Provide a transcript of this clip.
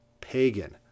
pagan